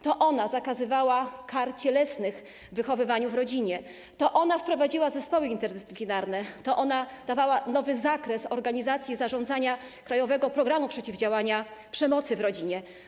To ona zakazywała kar cielesnych w wychowywaniu w rodzinie, to ona wprowadziła zespoły interdyscyplinarne, to ona dawała nowy zakres organizacji, zarządzania „Krajowego programu przeciwdziałania przemocy w rodzinie”